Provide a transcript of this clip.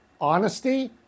honesty